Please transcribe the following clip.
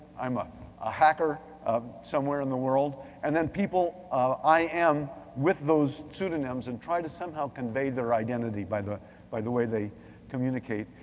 i'm a ah hacker somewhere in the world. and then people um i am with those pseudonyms and try to somehow convey their identity by the by the way they communicate.